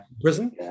Prison